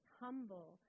humble